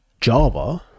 java